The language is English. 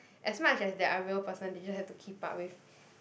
as much as they are a real person they don't have to keep up with